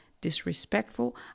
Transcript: Disrespectful